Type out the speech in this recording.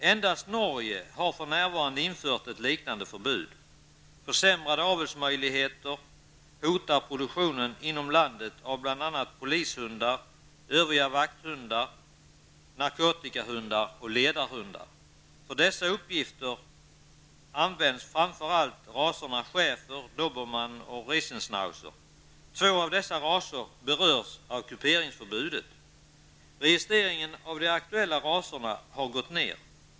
Endast Norge har infört ett liknande förbud. Försämrade avelsmöjligheter hotar produktionen inom landet av bl.a. polishundar, övriga vakthundar, narkotikahundar och ledarhundar. För vissa uppgifter används framför allt raserna schäfer, dobermann och riesenschnauzer. Två av dessa raser berörs av kuperingsförbudet. Registreringen av de aktuella raserna har gått ned.